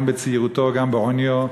גם בצעירותו, גם בעוניו,